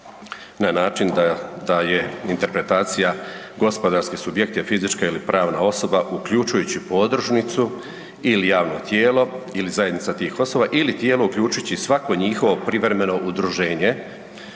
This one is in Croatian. na način da je interpretacija-gospodarski subjekt je fizička ili pravna osoba, uključujući podružnicu ili javno tijelo ili zajednica tih osoba ili tijelo, uključujući svako njihovo privremeno udruženje